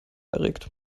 erregt